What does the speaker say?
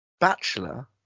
Bachelor